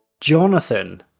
Jonathan